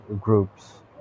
groups